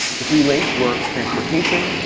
the three links were transportation,